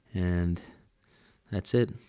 and that's it,